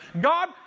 God